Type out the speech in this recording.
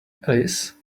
alice